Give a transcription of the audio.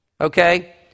okay